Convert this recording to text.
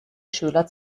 schüler